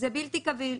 זה בלתי קביל.